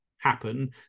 happen